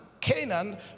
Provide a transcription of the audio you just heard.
Canaan